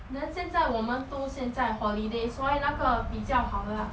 then 现在我们都现在 holiday 所以那个比较好 lah